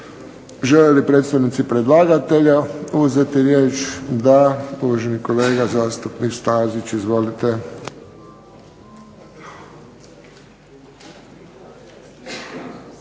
Žele li predstavnici predlagatelja uzeti riječ? Da. Uvaženi kolega zastupnik Stazić. Izvolite.